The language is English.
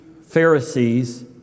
Pharisees